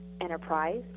enterprise